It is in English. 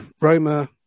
Roma